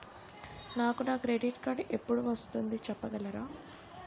నాకు నా credit card ఎపుడు వస్తుంది చెప్పగలరా?